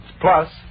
plus